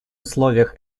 условиях